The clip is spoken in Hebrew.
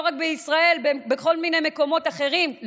לא רק בישראל אלא בכל מיני מקומות אחרים,.